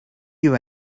you